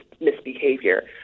misbehavior